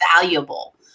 valuable